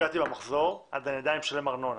נפגעתי במחזור אבל אני עדיין משלם ארנונה.